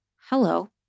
hello